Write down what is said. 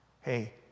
Hey